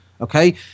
okay